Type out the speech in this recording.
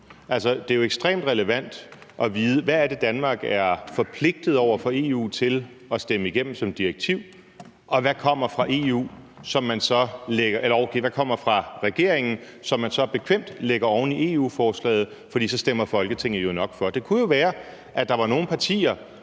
det er jo ekstremt relevant at vide, hvad det er, Danmark over for EU er forpligtet til at stemme igennem som direktiv, og hvad kommer fra regeringen, som man så bekvemt lægger oven i EU-forslaget, for så stemmer Folketinget nok for. Det kunne jo være, at der var nogle partier,